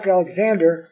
Alexander